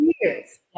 years